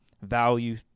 value